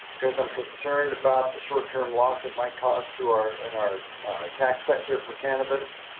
cause i'm concerned about the short term loss, it might cost to our, in our tax sector for cannabis.